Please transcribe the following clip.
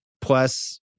plus